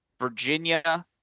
Virginia